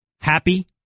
Happy